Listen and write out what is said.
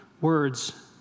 words